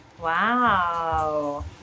Wow